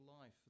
life